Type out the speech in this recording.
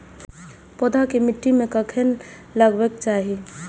पौधा के मिट्टी में कखेन लगबाके चाहि?